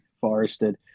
forested